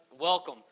welcome